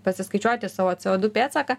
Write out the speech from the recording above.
pasiskaičiuoti savo ceodu pėdsaką